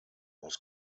was